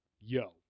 Yo